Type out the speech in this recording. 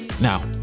Now